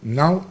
now